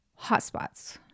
hotspots